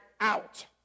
out